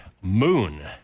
Moon